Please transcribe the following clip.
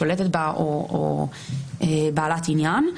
שולטת בה או בעלת עניין,